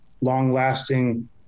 long-lasting